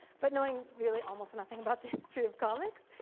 but knowing really almost nothing about the history of comics,